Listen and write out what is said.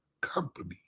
company